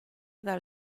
dal